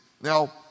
Now